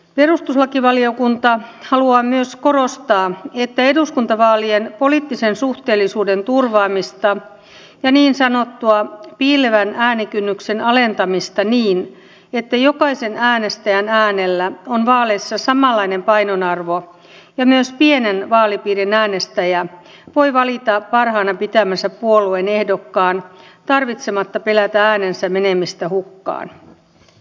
perustuslakivaliokunta haluaa myös korostaa eduskuntavaalien poliittisen suhteellisuuden turvaamista ja niin sanottua piilevän äänikynnyksen alentamista niin että jokaisen äänestäjän äänellä on vaaleissa samanlainen painoarvo ja myös pienen vaalipiirin äänestäjä voi valita parhaana pitämänsä puolueen ehdokkaan tarvitsematta pelätä äänensä menemistä hukkaan